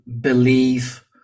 believe